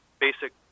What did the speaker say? basic